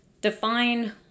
define